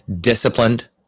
disciplined